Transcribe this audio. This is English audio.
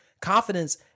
Confidence